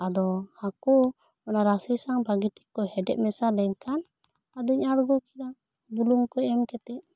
ᱟᱫᱚ ᱦᱟᱹᱠᱩ ᱚᱱᱟ ᱨᱟᱥᱮ ᱥᱟᱶ ᱵᱷᱟᱜᱮ ᱴᱷᱤᱠ ᱠᱚ ᱦᱮᱰᱮᱡ ᱢᱮᱥᱟ ᱞᱮᱱ ᱠᱷᱟᱱ ᱟᱫᱩᱧ ᱟᱬᱜᱚ ᱠᱮᱫᱟ ᱵᱩᱞᱩᱝ ᱠᱚ ᱮᱢ ᱠᱟᱛᱮ